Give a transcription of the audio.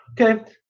Okay